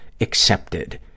accepted